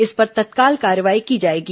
इस पर तत्काल कार्रवाई की जाएगी